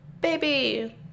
baby